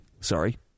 Sorry